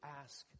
ask